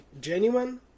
genuine